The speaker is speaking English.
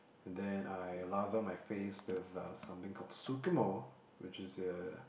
and then I lather my face with uh something called Sucremo which is uh